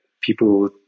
people